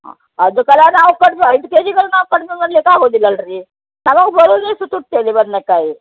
ಹಾಂ ಅದಕ್ಕೆಲ್ಲ ನಾವು ಕಡ್ಮೆ ಐದು ಕೆ ಜಿಗೆಲ್ಲ ನಾವು ಕಡಿಮೆ ಮಾಡ್ಲಿಕ್ಕೆ ಆಗೋದಿಲ್ಲಲ್ರೀ ನಮಗೆ ಬರೋದೇ ಬದನೇಕಾಯಿ